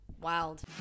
Wild